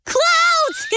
Clouds